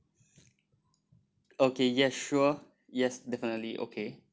okay yes sure yes definitely okay